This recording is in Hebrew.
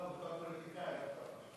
לא, בתור פוליטיקאי, לא בתור פרשן.